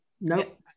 nope